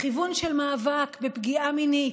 לכיוון של מאבק בפגיעה מינית,